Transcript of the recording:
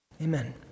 Amen